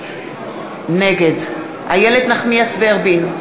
נגד איילת נחמיאס ורבין,